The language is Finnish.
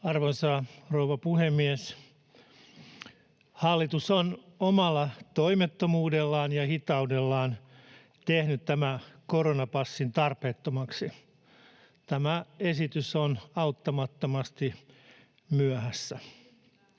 Arvoisa rouva puhemies! Hallitus on omalla toimettomuudellaan ja hitaudellaan tehnyt tämän koronapassin tarpeettomaksi. Tämä esitys on auttamattomasti myöhässä.